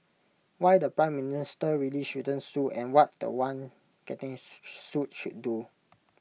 why the Prime Minister really shouldn't sue and what The One getting sued should do